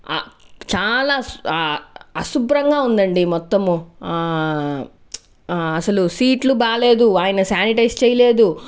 చాలా అశుభ్రంగా ఉందండి మొత్తము అసలు సీట్లు బాగాలేదు ఆయన శానిటైజ్ చేయలేదు